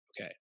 okay